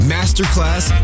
Masterclass